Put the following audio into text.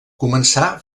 començà